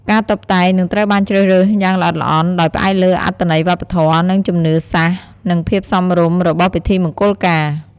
ការតុបតែង នឹងត្រូវបានជ្រើសរើសយ៉ាងល្អិតល្អន់ ដោយផ្អែកលើអត្ថន័យវប្បធម៌ ជំនឿសាសន៍ និងភាពសមរម្យរបស់ពិធីមង្គលការ។